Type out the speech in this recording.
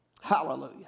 Hallelujah